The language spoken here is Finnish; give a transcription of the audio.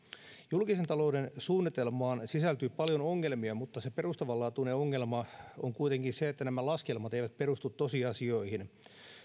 julkisen talouden suunnitelmaan sisältyy paljon ongelmia mutta perustavanlaatuinen ongelma on kuitenkin se että nämä laskelmat eivät perustu tosiasioihin